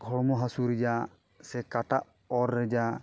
ᱦᱚᱲᱢᱚ ᱦᱟᱹᱥᱩ ᱨᱮᱭᱟᱜ ᱥᱮ ᱠᱟᱴᱟ ᱚᱨ ᱨᱮᱡᱟᱜ